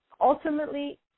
ultimately